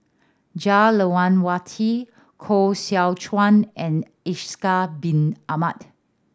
Jah Lelawati Koh Seow Chuan and Ishak Bin Ahmad